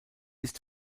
ist